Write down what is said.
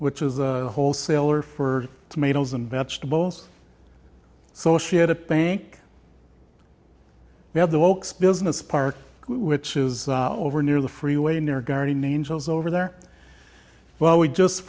which is a wholesaler for tomatoes and vegetables so she had a bank we have the oaks business park which is over near the freeway near guardian angels over there well we just